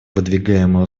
выдвигаемые